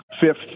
fifth